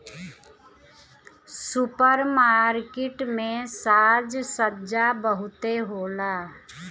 super market में साज सज्जा बहुते होला